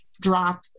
drop